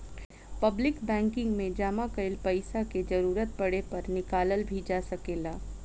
public banking में जामा कईल पइसा के जरूरत पड़े पर निकालल भी जा सकेला